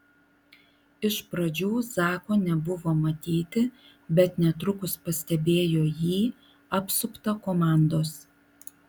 iš pradžių zako nebuvo matyti bet netrukus pastebėjo jį apsuptą komandos